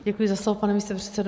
Děkuji za slovo, pane místopředsedo.